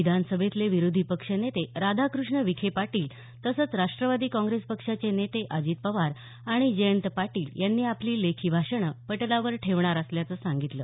विधानसभेतले विरोधी पक्षनेते राधाकृष्ण विखेपाटील तसंच राष्टवादी काँप्रेस पक्षाचे नेते अजित पवार आणि जयंत पाटील यांनी आपली लेखी भाषणं पटलावर ठेवणार असल्याचं सांगितलं